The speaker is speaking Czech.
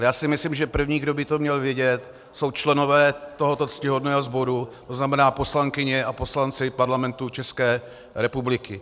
Ale já si myslím, že první, kdo by to měl vědět, jsou členové tohoto ctihodného sboru, to znamená poslankyně a poslanci Parlamentu České republiky.